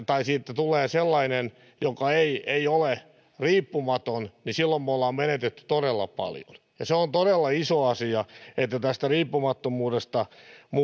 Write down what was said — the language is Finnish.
tai siitä tulee sellainen joka ei ei ole riippumaton niin silloin me olemme menettäneet todella paljon se on todella iso asia että tästä riippumattomuudesta